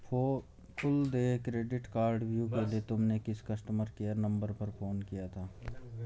कुल देय क्रेडिट कार्डव्यू के लिए तुमने किस कस्टमर केयर नंबर पर फोन किया था?